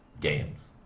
Games